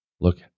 look